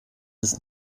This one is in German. ist